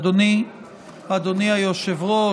אדוני היושב-ראש,